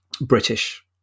British